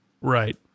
Right